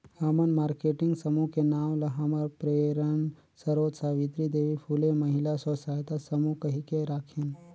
हमन मारकेटिंग समूह के नांव ल हमर प्रेरन सरोत सावित्री देवी फूले महिला स्व सहायता समूह कहिके राखेन